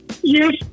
Yes